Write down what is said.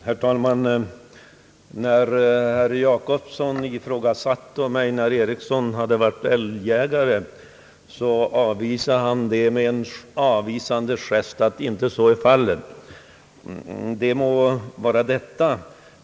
Herr talman! När herr Jacobsson ifrågasatte om herr Einar Eriksson hade varit älgjägare, avvisade herr Eriksson den tanken med en gest för att antyda att så inte var fallet. Det må vara så.